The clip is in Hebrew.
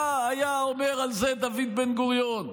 מה היה אומר על זה דוד בן-גוריון?